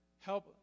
help